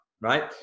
Right